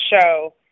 show